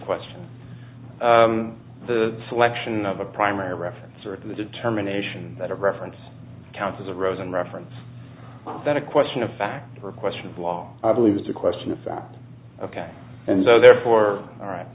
question the selection of a primary reference or the determination that a reference counts as a rose in reference then a question of fact or a question of law i believe it's a question of fact and so therefore a